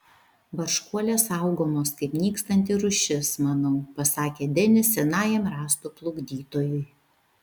barškuolės saugomos kaip nykstanti rūšis manau pasakė denis senajam rąstų plukdytojui